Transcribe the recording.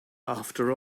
after